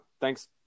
thanks